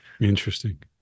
Interesting